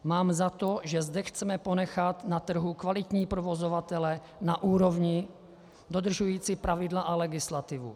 Mám za to, že zde chceme ponechat na trhu kvalitní provozovatele na úrovni dodržující pravidla a legislativu.